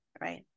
Right